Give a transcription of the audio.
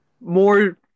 more